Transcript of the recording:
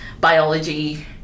biology